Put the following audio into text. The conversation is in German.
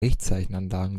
lichtzeichenanlagen